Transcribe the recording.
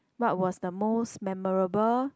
what was the most memorable